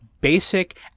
basic